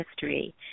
history